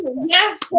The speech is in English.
Yes